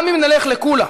גם אם נלך לקולא,